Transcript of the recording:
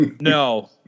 No